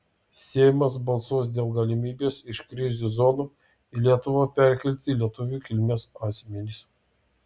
seimas balsuos dėl galimybės iš krizių zonų į lietuvą perkelti lietuvių kilmės asmenis